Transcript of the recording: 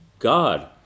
God